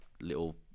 little